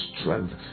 strength